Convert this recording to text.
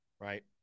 right